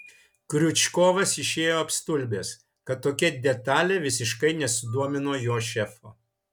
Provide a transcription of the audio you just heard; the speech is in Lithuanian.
kriučkovas išėjo apstulbęs kad tokia detalė visiškai nesudomino jo šefo